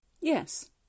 Yes